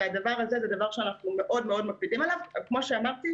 הדבר הזה, אנחנו מקפידים עליו מאוד.